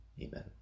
Amen